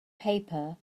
paper